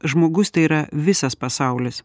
žmogus tai yra visas pasaulis